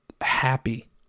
happy